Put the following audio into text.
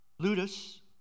Ludus